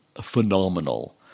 phenomenal